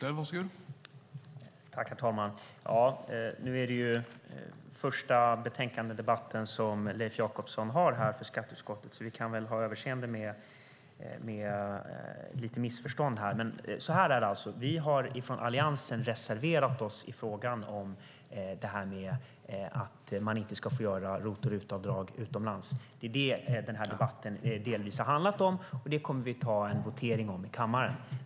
Herr talman! Det är den första betänkandedebatt som Leif Jakobsson deltar i för skatteutskottets räkning. Därför kan vi väl ha överseende med några missförstånd. Så här är det: Vi i Alliansen har reserverat oss i frågan om att man inte ska få göra ROT och RUT-avdrag utomlands. Det är det den här debatten delvis har handlat om. Det kommer vi att ha en votering om i kammaren.